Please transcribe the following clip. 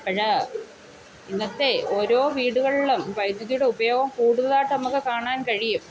അപ്പോൾ ഇന്നത്തെ ഓരോ വീടുകളിലും വൈദ്യുതിയുടെ ഉപയോഗം കൂടുതലായിട്ട് നമുക്ക് കാണാൻ കഴിയും